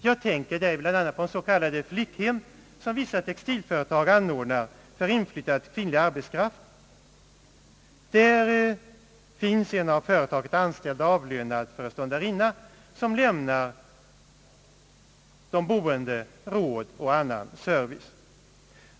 Jag tänker därvid bl.a. på de s.k. flickhem som vissa textilföretag anordnar för inflyttad kvinnlig arbetskraft. Där finns en av företaget anställd och avlönad föreståndarinna som lämnar de boende råd och annan service.